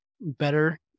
better